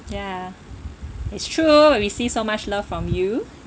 ya it's true receive so much love from you